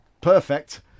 perfect